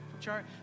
chart